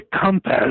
compass